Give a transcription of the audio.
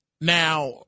Now